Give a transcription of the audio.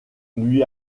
lui